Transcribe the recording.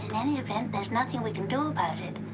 any event, there's nothing we can do about it.